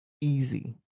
Easy